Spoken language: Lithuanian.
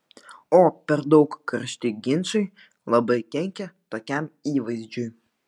o per daug karšti ginčai labai kenkia tokiam įvaizdžiui